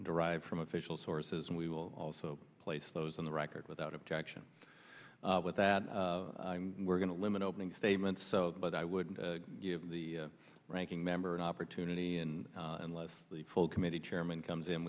derived from official sources and we will also place lows in the record without objection with that i'm we're going to limit opening statements but i wouldn't give the ranking member an opportunity in unless the full committee chairman comes in